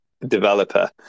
developer